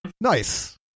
Nice